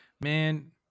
Man